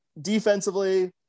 Defensively